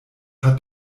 hat